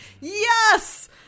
yes